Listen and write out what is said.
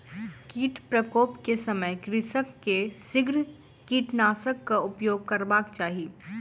कीट प्रकोप के समय कृषक के शीघ्र कीटनाशकक उपयोग करबाक चाही